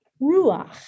ruach